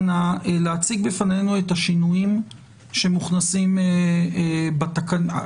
להציג בפנינו את השינויים שמוכנסים בתקנות.